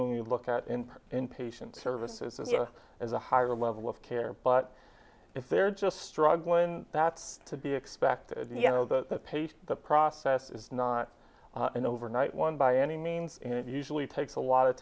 you look at in in patient services and there is a higher level of care but if they're just struggling that's to be expected you know the pace of the process is not an overnight one by any means and it usually takes a lot of